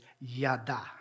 yada